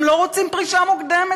הם לא רוצים פרישה מוקדמת,